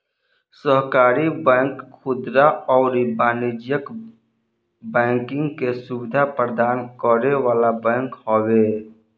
सहकारी बैंक खुदरा अउरी वाणिज्यिक बैंकिंग के सुविधा प्रदान करे वाला बैंक हवे